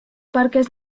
parques